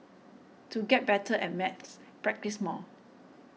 to get better at maths practise more